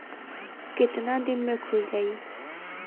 कितना दिन में खुल जाई?